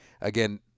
Again